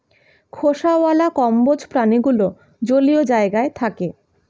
খোসাওয়ালা কম্বোজ প্রাণীগুলো জলীয় জায়গায় থাকে